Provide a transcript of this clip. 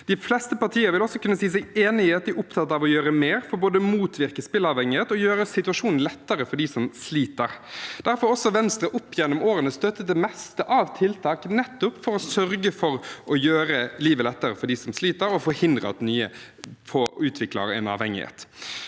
De fleste partier vil også kunne si seg enig i at de er opptatt av å gjøre mer for både å motvirke spilleavhengighet og å gjøre situasjonen lettere for dem som sliter. Derfor har også Venstre opp gjennom årene støttet det meste av tiltak, nettopp for å sørge for å gjøre livet lettere for dem som sliter, og forhindre at nye utvikler en avhengighet.